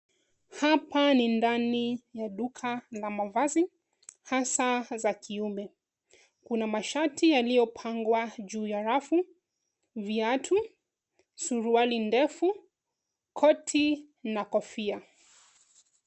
Hapa ni ndani ya duka la mavazi hasa za kiume. Kuna mashati yaliyopangwa juu ya rafu, viatu, suruali ndefu, koti na kofia.